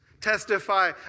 Testify